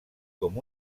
com